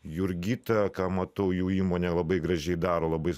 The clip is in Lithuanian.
jurgita ką matau jų įmonė labai gražiai daro labai